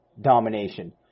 domination